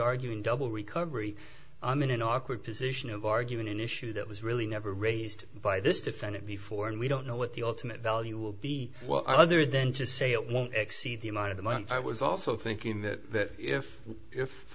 arguing double recovery in an awkward position of arguing an issue that was really never raised by this defendant before and we don't know what the ultimate value will be well other than to say it won't exceed the amount of the month i was also thinking that